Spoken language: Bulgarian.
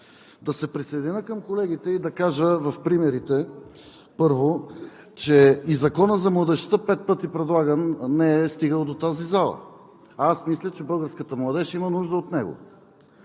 Да се присъединя към колегите и да кажа в примерите, първо, че и Законът за младежта пет пъти предлагам, не е стигал до тази зала, а аз мисля, че българската младеж има нужда от него.